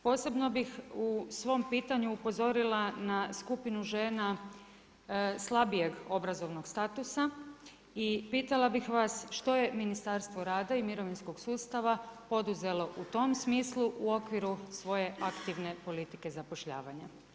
Posebno bih u svom pitanju upozorila na skupinu žena slabijeg obrazovnog statusa, i pitala bih vas što je Ministarstvo rada i mirovinskog sustava poduzelo u tom smislu u okviru svoje aktivne politike zapošljavanja?